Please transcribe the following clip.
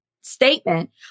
statement